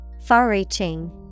Far-reaching